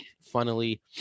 Funnily